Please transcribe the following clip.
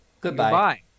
Goodbye